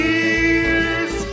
ears